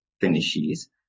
finishes